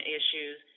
issues